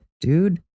dude